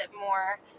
more